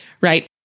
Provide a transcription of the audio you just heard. right